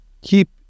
keep